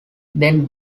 then